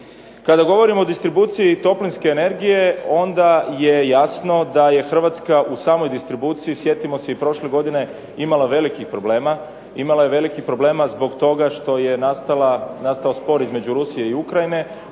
Kada govorimo o distribuciji toplinske energije onda je jasno da je Hrvatska u samoj distribuciji sjetimo se prošle godine imala velikih problema. Imala je velikih problema zbog toga što je nastao spor između Rusije i Ukrajine,